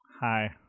hi